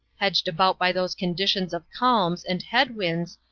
hedged about by those conditions of calms and head winds,